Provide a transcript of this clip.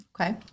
Okay